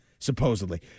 supposedly